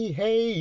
hey